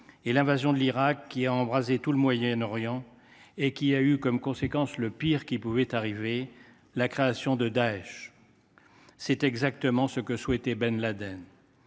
et l’invasion de l’Irak, qui a embrasé tout le Moyen Orient et a eu comme conséquence le pire qui pouvait arriver : la création de Daech. C’est exactement ce que souhaitait Ben Laden.